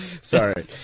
Sorry